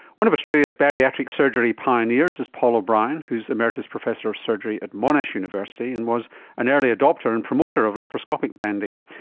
one of australia's bariatric surgery pioneers is paul o'brien who is emeritus professor of surgery at monash university and was an early adopter and promoter of laparoscopic banding.